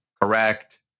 correct